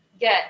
get